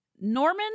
Norman